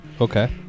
Okay